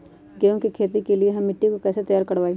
गेंहू की खेती के लिए हम मिट्टी के कैसे तैयार करवाई?